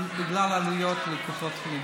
בגלל העלויות לקופות חולים.